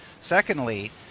Secondly